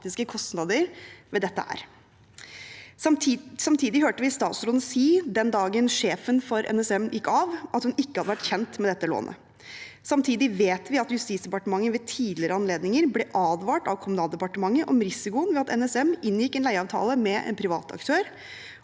kostnader ved dette er. Samtidig hørte vi statsråden si den dagen sjefen for NSM gikk av, at hun ikke hadde vært kjent med dette lånet. Samtidig vet vi at Justisdepartementet ved tidligere anledninger ble advart av Kommunaldepartementet om risikoen ved at NSM inngikk en leieavtale med en privat aktør,